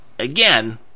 Again